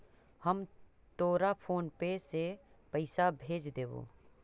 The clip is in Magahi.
हम तोरा फोन पे से पईसा भेज देबो